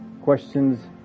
questions